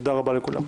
תודה רבה לכולם.